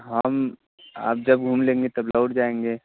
हम आप जब घूम लेंगे तब लौट जाएँगे